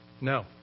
No